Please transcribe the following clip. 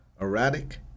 erratic